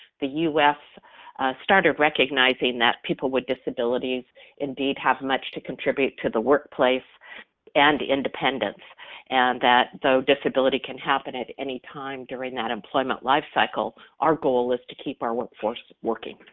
the us started recognizing that people with disabilities indeed have much to contribute to the workplace and independence and that though disability can happen at any time during that employment lifecycle, our goal is to keep our workforce working,